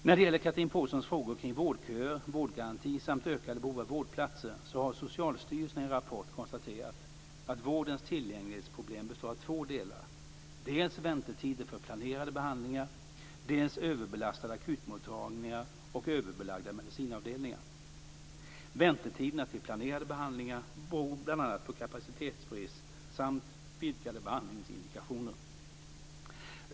När det gäller Chatrine Pålssons frågor kring vårdköer, vårdgaranti samt ökande behov av vårdplatser har Socialstyrelsen i en rapport konstaterat att vårdens tillgänglighetsproblem består av två delar, dels väntetider för planerade behandlingar, dels överbelastade akutmottagningar och överbelagda medicinavdelningar. Väntetiderna till planerade behandlingar beror bl.a. på kapacitetsbrist samt vidgade behandlingsindikationer.